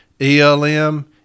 ELM